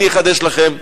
אני אחדש לכם.